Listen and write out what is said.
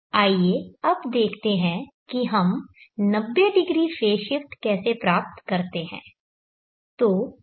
आइए अब देखते हैं कि हम 90° फेज़ शिफ्ट कैसे प्राप्त करते हैं